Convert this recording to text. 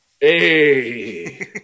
Hey